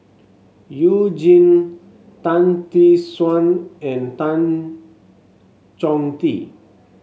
You Jin Tan Tee Suan and Tan Chong Tee